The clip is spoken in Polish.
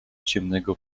ciemnego